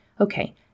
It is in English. Okay